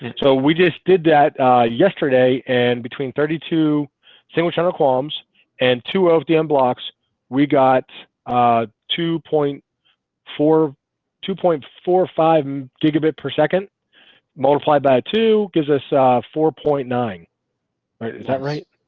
and so we just did that yesterday and between thirty two sandwich no um qualms and two ofdm blocks we got two point four two point four five um gigabit per second multiplied by two gives us ah four point nine right is that right?